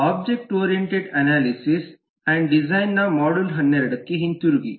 object oriented analysis and ಡಿಸೈನ್ನ module 12ಗೆ ಹಿಂತಿರುಗಿ